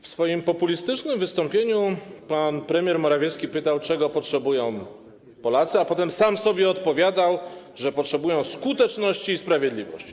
W swoim populistycznym wystąpieniu pan premier Morawiecki pytał, czego potrzebują Polacy, a potem sam sobie odpowiadał, że potrzebują skuteczności i sprawiedliwości.